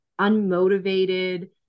unmotivated